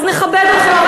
אז נכבד אתכם,